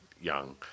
young